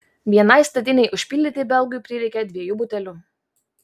vienai statinei užpildyti belgui prireikė dviejų butelių